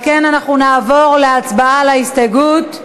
על כן אנחנו נעבור להצבעה על ההסתייגות.